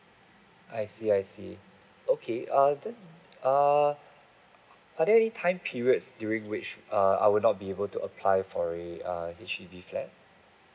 I see I see okay err then err are there any time periods during which err I will not be able to apply for a err H_D_B flat